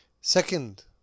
Second